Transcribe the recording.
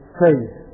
faith